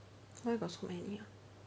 where got so many [one]